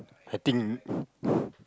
I think